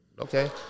Okay